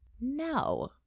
No